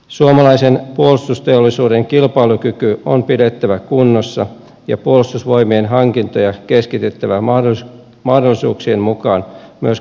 suomalaisen puolustusteollisuuden kilpailukyky on pidettävä kunnossa ja puolustusvoimien hankintoja keskitettävä mahdollisuuksien mukaan myös kotimaahan